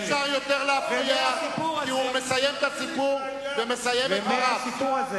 אי-אפשר יותר להפריע כי הוא מסיים את הסיפור ומסיים את דבריו.